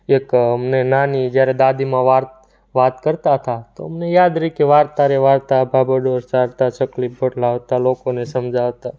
એક અમને નાની જ્યારે દાદીમા વા વાત કરતા તા તો અમને યાદ રહે કે વારતા રે વારતા ભાભો ઢોર ચારતા ચપટી બોર લાવતા લોકોને સમજાવતા